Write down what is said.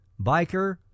biker